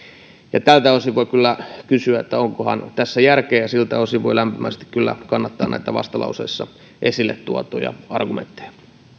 tältä osin voi kyllä kysyä onkohan tässä järkeä ja siltä osin voi lämpimästi kyllä kannattaa näitä vastalauseissa esille tuotuja argumentteja